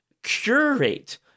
Curate